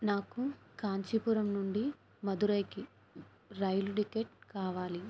నాకు కాంచీపురం నుండి మధురైకి రైలు టిక్కెట్ కావాలి